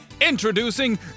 Introducing